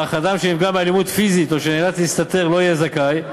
אך אדם שנפגע מאלימות פיזית או שנאלץ להסתתר לא יהיה זכאי,